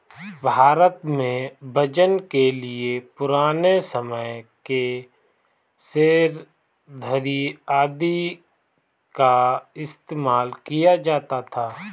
भारत में वजन के लिए पुराने समय के सेर, धडी़ आदि का इस्तेमाल किया जाता था